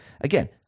again